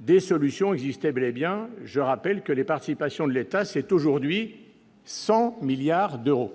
des solutions existaient bel et bien je rappelle que les participations de l'État, c'est aujourd'hui 100 milliards d'euros.